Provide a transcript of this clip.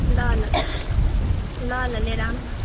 ल ल ल ल लिएर आऊँ न